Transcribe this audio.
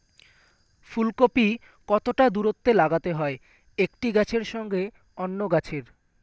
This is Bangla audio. ফুলকপি কতটা দূরত্বে লাগাতে হয় একটি গাছের সঙ্গে অন্য গাছের?